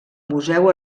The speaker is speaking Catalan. museu